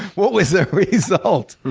what was the result?